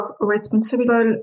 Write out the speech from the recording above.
responsible